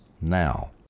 now